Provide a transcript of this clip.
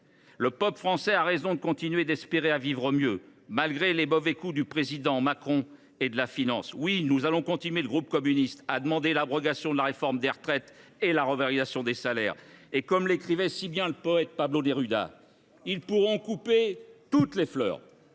Le peuple français a raison de continuer à espérer vivre mieux, malgré les mauvais coups du président Macron et de la finance. Oui, le groupe communiste continuera à demander l’abrogation de la réforme des retraites et la revalorisation des salaires ! Comme l’écrivait si bien le poète Pablo Neruda :« Ils pourront couper toutes les fleurs,